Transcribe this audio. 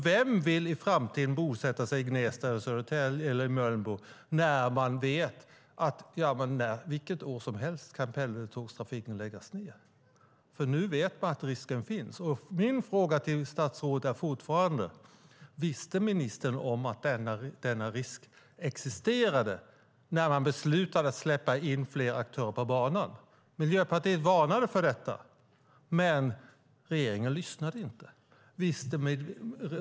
Vem vill i framtiden bosätta sig i Gnesta eller Mölnbo när man vet att pendeltågstrafiken kan läggas ned vilket år som helst? Nu vet man att risken finns. Min fråga till statsrådet är fortfarande: Visste ministern om att denna risk existerade när man beslutade att släppa in fler aktörer på banan? Miljöpartiet varnade för detta, men regeringen lyssnade inte.